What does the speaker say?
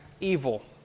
evil